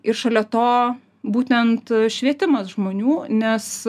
ir šalia to būtent švietimas žmonių nes